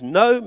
no